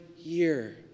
year